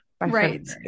Right